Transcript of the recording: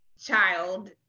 child